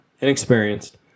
inexperienced